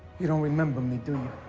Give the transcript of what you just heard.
you don't remember me, do